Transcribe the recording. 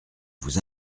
vous